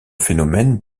phénomènes